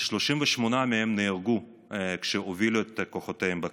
ו-38 מהם נהרגו כשהובילו את כוחותיהם בקרבות.